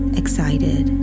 excited